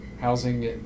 housing